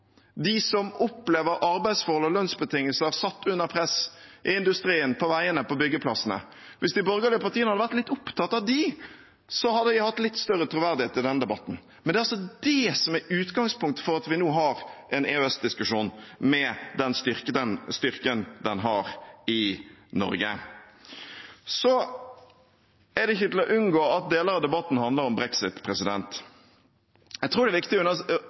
de som opplever arbeidsforhold og lønnsbetingelser satt under press – i industrien, på veiene, på byggeplassene. Hvis de borgerlige partiene hadde vært litt opptatt av dem, hadde de hatt litt større troverdighet i denne debatten. Det er det som er utgangspunktet for at vi nå har en EØS-diskusjon, med den styrken den har i Norge. Så er det ikke til å unngå at deler av debatten handler om brexit. Jeg tror det er viktig å